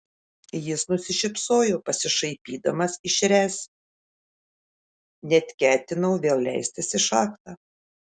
jis nusišypsojo pasišaipydamas iš ręs net ketinau vėl leistis į šachtą